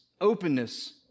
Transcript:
openness